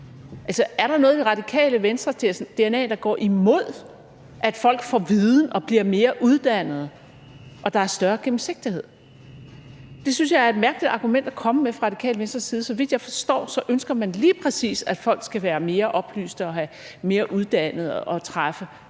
Er der noget i Radikale Venstres dna, der går imod, at folk får viden og bliver mere uddannet, og at der er større gennemsigtighed? Jeg synes, det er et mærkeligt argument at komme med fra Radikale Venstres side. Så vidt jeg forstår, ønsker man lige præcis, at folk skal være mere oplyste og mere uddannede og træffe